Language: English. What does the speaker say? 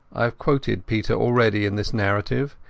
i have quoted peter already in this narrative.